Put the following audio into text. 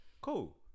cool